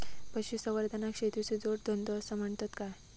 पशुसंवर्धनाक शेतीचो जोडधंदो आसा म्हणतत काय?